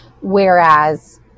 Whereas